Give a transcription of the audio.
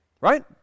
right